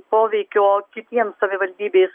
poveikio kitiems savivaldybės